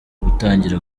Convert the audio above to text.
gutangira